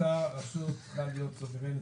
הרשות צריכה להיות סוברנית.